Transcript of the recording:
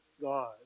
God